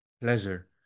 pleasure